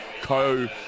co